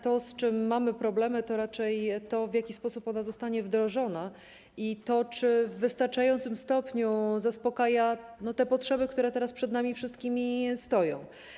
To, z czym mamy problemy, to raczej to, w jaki sposób ona zostanie wdrożona, i to, czy w wystarczającym stopniu zaspokaja te potrzeby, które teraz przed nami wszystkimi stoją.